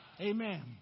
Amen